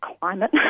climate